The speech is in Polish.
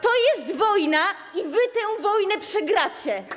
To jest wojna i wy tę wojnę przegracie.